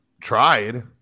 tried